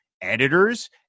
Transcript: editors